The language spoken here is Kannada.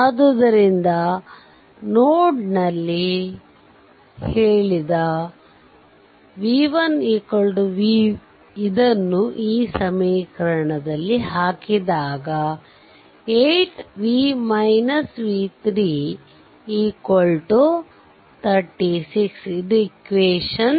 ಆದ್ದರಿಂದ ನೋಡ್ ನಲ್ಲಿ ಹೇಳಿದ v1 v ಇದನ್ನು ಈ ಸಮೀಕರಣದಲ್ಲಿ ಹಾಕಿದಾಗ 8 v v3 36